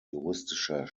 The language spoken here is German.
juristischer